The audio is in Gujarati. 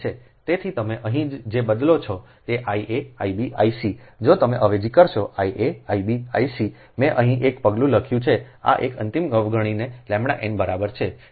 તેથી તમે અહીં જે બદલો છો તે I a I b I c જો તમે અવેજી કરશો I a I b I c મેં અહીં એક પગલું લખ્યું છે આ એક અંતિમ અવગણીનેʎn બરાબર છે તે કૌંસમાં 0